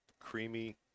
creamy